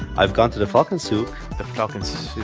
i've gone to the falcon souk the falcon souk?